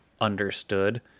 understood